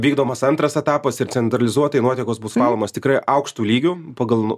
vykdomas antras etapas ir centralizuotai nuotekos bus valomos tikrai aukštu lygiu pagal